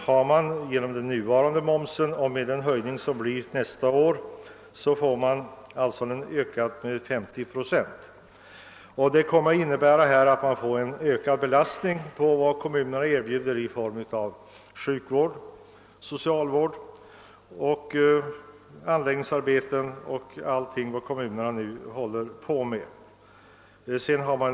Höjningen nästa år av momsen innebär en ökning med 50 procent, varför det blir en ökad belastning på vad kommunerna erbjuder i form av sjukvård, socialvård, anläggningsarbeten och annat som kommunerna sysslar med.